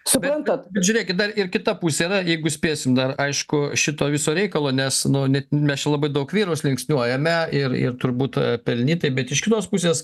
žiūrėkit dar ir kita pusė na jeigu spėsim dar aišku šito viso reikalo nes nu mes čia labai daug vyrus linksniuojame ir turbūt pelnytai bet iš kitos pusės